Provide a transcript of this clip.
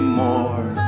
more